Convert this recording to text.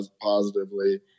positively